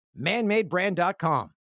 Manmadebrand.com